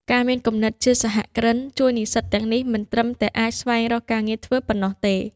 ការមានគំនិតជាសហគ្រិនជួយនិស្សិតទាំងនេះមិនត្រឹមតែអាចស្វែងរកការងារធ្វើប៉ុណ្ណោះទេ។